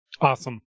Awesome